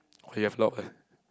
we have a lot of uh